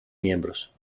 miembros